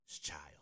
child